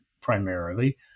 primarily